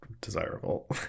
desirable